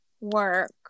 work